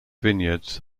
vineyards